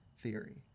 theory